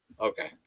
okay